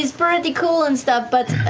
he's pretty cool and stuff, but